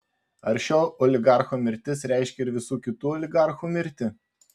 ar šio oligarcho mirtis reiškia ir visų kitų oligarchų mirtį